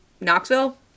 Knoxville